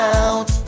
out